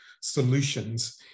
solutions